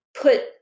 put